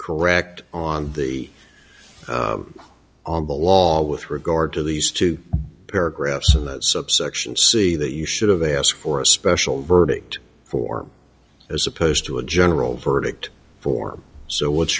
correct on the on the law with regard to these two paragraphs and subsection see that you should have asked for a special verdict form as opposed to a general verdict form so what's